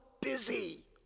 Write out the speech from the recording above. busy